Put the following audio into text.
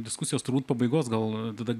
diskusijos turbūt pabaigos gal tada